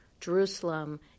Jerusalem